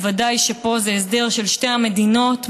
בוודאי שפה זה הסדר של שתי המדינות,